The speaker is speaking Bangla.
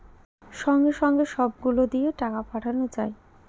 সঙ্গে সঙ্গে সব গুলো দিয়ে টাকা পাঠানো যায়